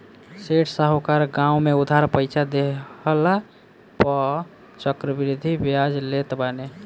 सेठ साहूकार गांव में उधार पईसा देहला पअ चक्रवृद्धि बियाज लेत बाने